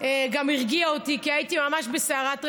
גם הרגיע אותי, כי הייתי ממש בסערת רגשות.